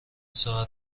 ساعت